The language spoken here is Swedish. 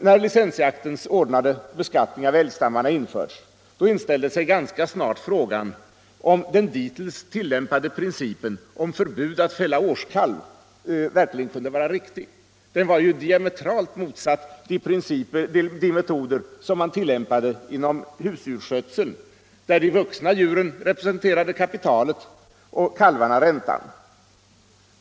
När licensjaktens ordnade beskattning av älgstammarna införts, inställde sig ganska snart frågan, om den dittills tillämpade principen om förbud att fälla årskalv verkligen kunde vara riktig. Den var ju diametralt motsatt de metoder som tillämpades inom husdjursskötseln, där de vuxna djuren representerade kapitalet och kalvarna räntan.